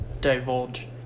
Divulge